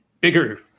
bigger